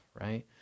right